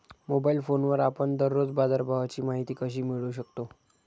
Mobile फोनवर आपण दररोज बाजारभावाची माहिती कशी मिळवू शकतो?